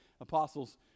Apostles